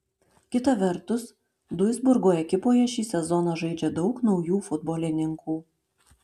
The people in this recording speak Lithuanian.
kita vertus duisburgo ekipoje šį sezoną žaidžia daug naujų futbolininkų